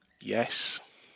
Yes